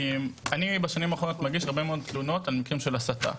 אני בשנים האחרונות מגיש הרבה מאוד תלונות על מקרים של הסתה.